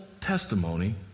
testimony